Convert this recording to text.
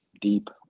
deep